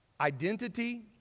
Identity